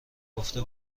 گفته